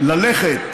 ללכת